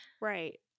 right